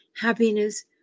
happiness